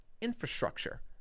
infrastructure